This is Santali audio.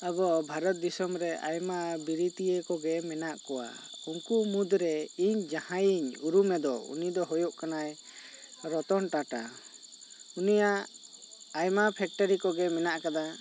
ᱟᱵᱚ ᱵᱷᱟᱨᱚᱛ ᱫᱤᱥᱚᱢ ᱨᱮ ᱟᱭᱢᱟ ᱵᱤᱨᱤᱛᱤᱭᱟᱹ ᱠᱚᱜᱮ ᱢᱮᱱᱟᱜ ᱠᱚᱣᱟ ᱩᱱᱠᱩ ᱢᱩᱫᱽ ᱨᱮ ᱤᱧ ᱡᱟᱦᱟᱸᱭᱤᱧ ᱩᱨᱩᱢᱮᱭᱟ ᱩᱱᱤ ᱫᱚ ᱦᱩᱭᱩᱜ ᱠᱟᱱᱟᱭ ᱨᱚᱛᱚᱱ ᱴᱟᱴᱟ ᱩᱱᱤᱭᱟᱜ ᱟᱭᱢᱟ ᱯᱷᱮᱠᱴᱨᱤ ᱠᱚᱜᱮ ᱢᱮᱱᱟᱜ ᱟᱠᱟᱫᱟ